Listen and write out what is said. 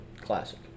classic